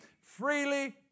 freely